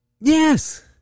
Yes